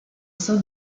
sein